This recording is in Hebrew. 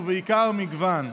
ובעיקר מגוון.